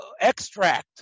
extract